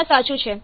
આ સાચું છે